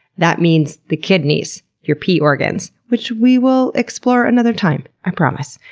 that means the kidneys, your pee organs, which we will explore another time, i promise.